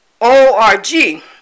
O-R-G